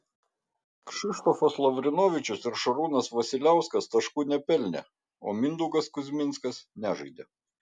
kšištofas lavrinovičius ir šarūnas vasiliauskas taškų nepelnė o mindaugas kuzminskas nežaidė